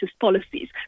policies